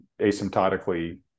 asymptotically